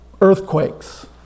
earthquakes